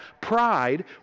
pride